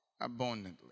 abundantly